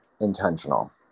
intentional